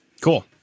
Cool